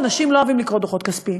אנשים לא אוהבים לקרוא דוחות כספיים.